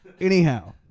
Anyhow